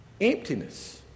Emptiness